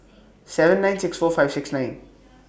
seven nine six four five six nine